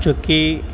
چونکہ